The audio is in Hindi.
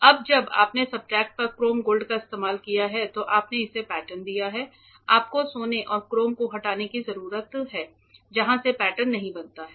अब जब हमने सब्सट्रेट पर क्रोम गोल्ड का इस्तेमाल किया है तो आपने इसे पैटर्न दिया है आपको सोने और क्रोम को हटाने की जरूरत है जहां से पैटर्न नहीं बना है